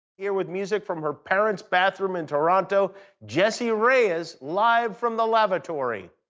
here with music from her parent's bathroom in toronto jessie reyez, live from the lavatory